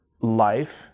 life